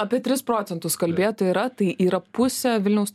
apie tris procentų kalbėtojų yra tai yra pusė vilniaus